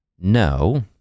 no